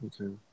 Okay